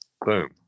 Boom